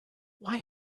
why